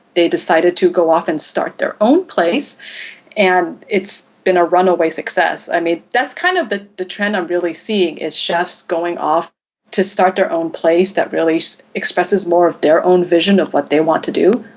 they decided to go off and start their own place and it's been a runaway success. success. i mean, that's kind of the the trend i'm really seeing is chefs going off to start their own place that really so expresses more of their own vision of what they want to do.